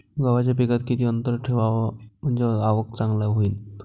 गव्हाच्या पिकात किती अंतर ठेवाव म्हनजे आवक जास्त होईन?